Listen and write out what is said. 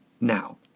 Now